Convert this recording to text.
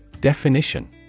DEFINITION